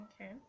Okay